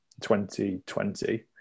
2020